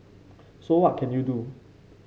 so what can you do